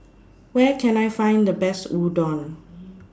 Where Can I Find The Best Udon